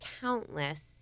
countless